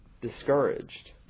discouraged